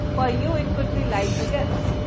for you it could be light the gas,